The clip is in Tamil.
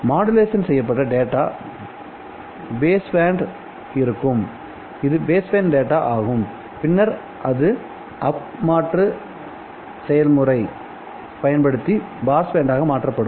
மாடுலேஷன் செய்யப்பட்ட டேட்டா பேஸ் பேண்ட் இல் இருக்கும் இது பேஸ் பேண்ட் டேட்டா ஆகும்பின்னர் இது அப் மாற்று செயல்முறையைப் பயன்படுத்தி பாஸ் பேண்டாக மாற்றப்படும்